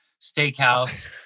Steakhouse